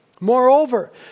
Moreover